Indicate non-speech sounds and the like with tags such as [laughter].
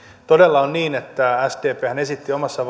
todella on niin että sdphän esitti omassa [unintelligible]